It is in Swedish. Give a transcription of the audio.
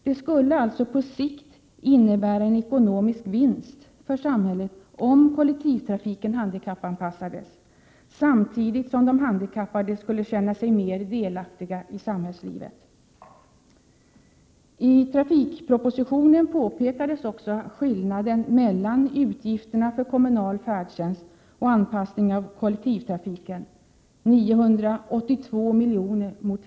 Det skulle alltså på sikt innebära en ekonomisk vinst för samhället om kollektivtrafiken handikappanpassades, samtidigt som de handikappade skulle känna sig mer delaktiga i samhällslivet.